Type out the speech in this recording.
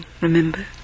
remember